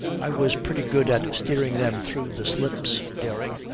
i was pretty good at steering them through the slips, dering!